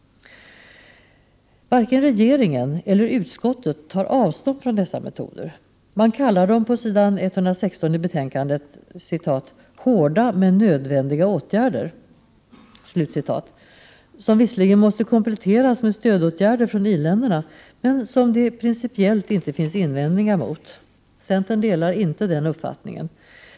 Varken regeringen eller utskottet tar avstånd från dessa metoder. Man kallar dem på s. 116 i betänkandet ”hårda men nödvändiga åtgärder”, som visserligen måste kompletteras med stödåtgärder från i-länderna, men som det principiellt inte finns invändningar mot. Centern delar inte den uppfattningen.